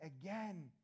again